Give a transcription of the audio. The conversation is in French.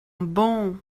bon